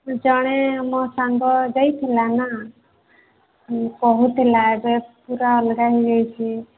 ଜଣେ ମୋ ସାଙ୍ଗ ଯାଇଥିଲା ନା କହୁଥିଲା ଯେ ପୁରା ଅଲଗା ହେଇଯାଇଛି